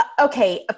okay